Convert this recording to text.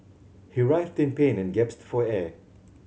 he writhed in pain and for air